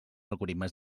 algoritmes